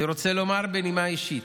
אני רוצה לומר בנימה אישית,